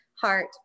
Heart